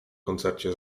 koncercie